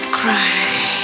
cry